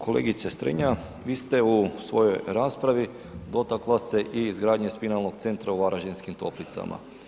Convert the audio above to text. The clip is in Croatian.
Kolegice Strenja, vi ste u svojoj raspravi dotakla se i izgradnje spinalnog centra u Varaždinskim Toplicama.